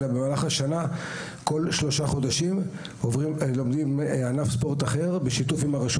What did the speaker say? אלא במהלך השנה כל שלושה חודשים לומדים ענף ספורט אחר בשיתוף עם הרשות